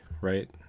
right